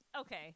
okay